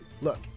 Look